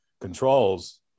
controls